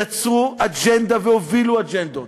יצרו אג'נדה והובילו אג'נדות,